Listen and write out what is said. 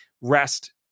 rest